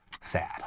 Sad